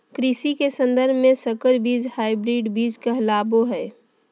कृषि के सन्दर्भ में संकर बीज हायब्रिड बीज कहलाबो हइ